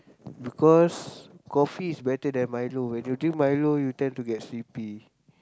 because coffee is better than milo when you drink milo you tend to get sleepy